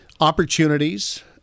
opportunities